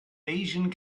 asian